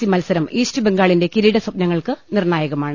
C മത്സരം East ബംഗാളിന്റെ കിരീട സ്വപ്നങ്ങൾക്ക് നിർണായ കമാണ്